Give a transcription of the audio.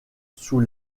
sous